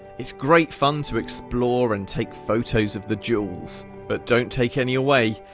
it's great fun to explore and take photos of the jewels but don't take any away,